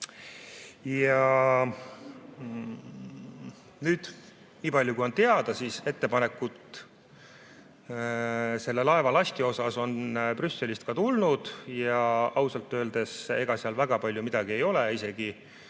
Ja nii palju, kui on teada, siis ettepanekud selle laeva lasti kohta on Brüsselist ka tulnud. Ja ausalt öeldes, ega seal väga palju midagi ei ole, isegi